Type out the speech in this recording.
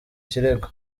kirego